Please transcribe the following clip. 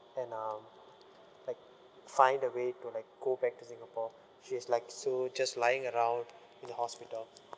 and um like find a way to like go back to singapore she's likes so just lying around in the hospital